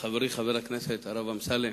חברי חבר הכנסת הרב אמסלם,